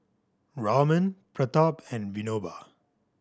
Raman Pratap and Vinoba